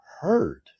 Heard